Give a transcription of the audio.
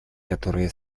которые